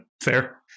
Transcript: fair